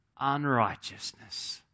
unrighteousness